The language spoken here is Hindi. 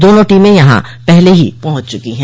दोनों टीमें यहां पहले ही पहुंच चुकी है